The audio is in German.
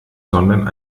sondern